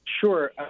Sure